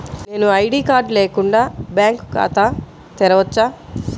నేను ID card లేకుండా bank ఖాతా తెరవచ్చా?